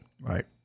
Right